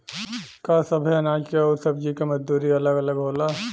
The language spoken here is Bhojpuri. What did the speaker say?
का सबे अनाज के अउर सब्ज़ी के मजदूरी अलग अलग होला?